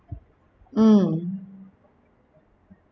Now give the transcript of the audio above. mm